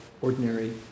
ordinary